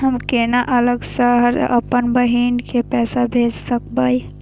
हम केना अलग शहर से अपन बहिन के पैसा भेज सकब?